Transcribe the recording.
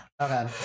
Okay